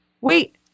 wait